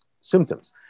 symptoms